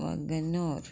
wagner